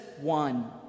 one